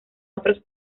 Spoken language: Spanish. otros